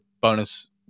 bonus